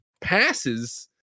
passes